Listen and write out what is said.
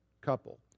couple